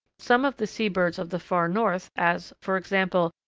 some of the sea birds of the far north, as, for example,